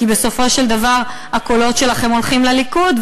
כי בסופו של דבר הקולות שלכם הולכים לליכוד,